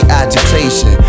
agitation